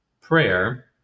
prayer